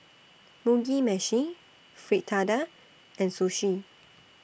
Mugi Meshi Fritada and Sushi